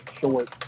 short